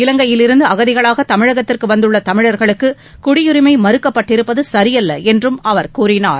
இலங்கையிலிருந்து அகதிகளாக தமிழகத்திற்கு வந்துள்ள தமிழர்களுக்கு குடியுரிமை மறுக்கப்பட்டிருப்பது சரியல்ல என்றும் அவர் கூறினார்